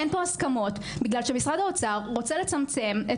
אין פה הסכמות בגלל שמשרד האוצר רוצה לצמצם את